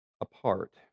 apart